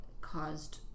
caused